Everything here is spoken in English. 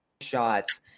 shots